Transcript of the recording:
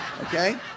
okay